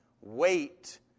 wait